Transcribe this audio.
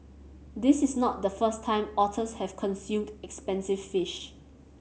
this is not the first time otters have consumed expensive fish